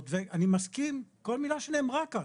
ואני מסכים עם כל מילה שנאמרה כאן,